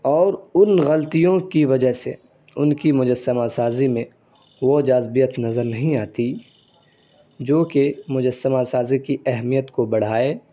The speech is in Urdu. اور ان غلطیوں کی وجہ سے ان کی مجسمہ سازی میں وہ جاذبیت نظر نہیں آتی جو کہ مجسمہ سازی کی اہمیت کو بڑھائے